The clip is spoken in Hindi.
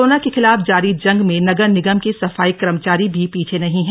कोरोना के खिलाफ जारी जंग में नगर निगम के सफाई कर्मचारी भी पीछे नहीं हैं